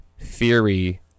Theory